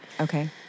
Okay